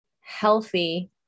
healthy